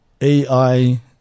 AI